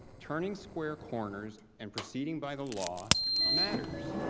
turning square corners and proceeding by the law matters.